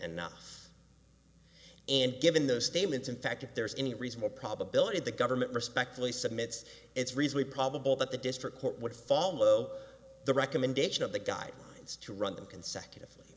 enough and given those statements in fact if there is any reasonable probability the government respectfully submit it's recently probable that the district court would follow the recommendation of the guidelines to run them consecutively